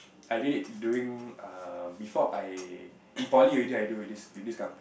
I did it during um before I in poly already I already do I do with this com~